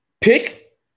Pick